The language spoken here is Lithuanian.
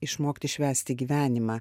išmokti švęsti gyvenimą